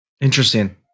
Interesting